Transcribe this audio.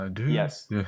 Yes